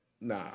nah